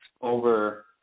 over